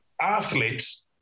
athletes